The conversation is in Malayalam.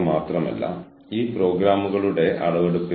ഇതാണ് നീണ്ട നിർവചനം